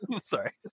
Sorry